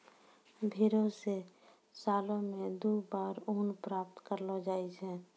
भेड़ो से सालो मे दु बार ऊन प्राप्त करलो जाय छै